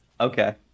Okay